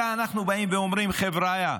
אלא אנחנו באים ואומרים: חבריא,